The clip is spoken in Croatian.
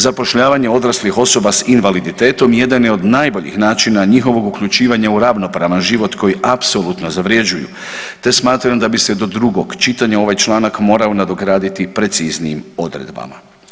Zapošljavanje odraslih osoba s invaliditetom jedan je od najboljih načina njihovog uključivanja u ravnopravan život koji apsolutno zavrjeđuju, te smatram da bi se do drugog čitanja ovaj članak morao nadograditi preciznijim odredbama.